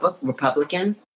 Republican